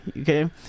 okay